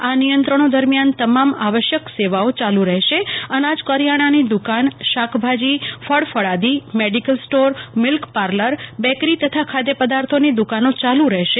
આ નિયંત્રણો દરમિય ન તમ મ આવશ્યક સેવ ઓ ય લુ રહેશે અન જ કરિય ણ ની દુક ન શ કભ જી ફળ ફળ દિ medical store milk parlour bakery તથ ખ દ્યપદ ર્થોની દુક નો ચ લુ રહેશે